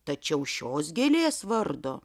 tačiau šios gėlės vardo